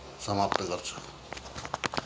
समाप्त गर्छु